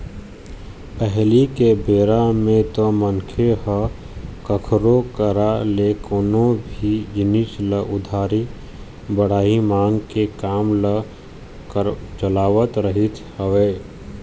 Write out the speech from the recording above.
पहिली के बेरा म तो मनखे मन ह कखरो करा ले कोनो भी जिनिस ल उधारी बाड़ही मांग के काम ल चलावत रहिस हवय